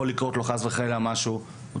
יכול לקרות לו משהו, חלילה.